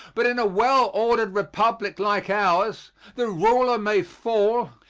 but in a well-ordered republic like ours the ruler may fall,